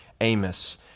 Amos